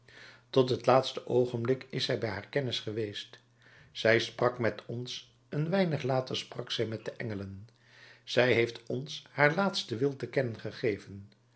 tot het laatste oogenblik is zij bij haar kennis geweest zij sprak met ons een weinig later sprak zij met de engelen zij heeft ons haar laatsten wil te kennen gegeven